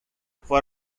for